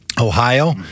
Ohio